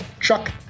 Chuck